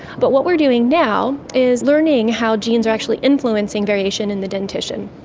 but what we are doing now is learning how genes are actually influencing variation in the dentition.